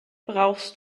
brauchst